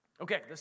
Okay